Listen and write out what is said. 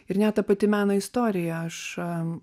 ir net ta pati meno istorijaaš